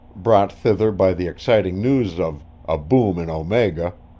brought thither by the exciting news of a boom in omega,